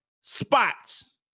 spots